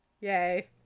Yay